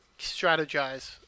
strategize